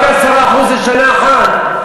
רק 10% זה שנה אחת.